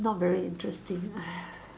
not very interesting